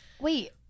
Wait